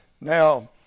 Now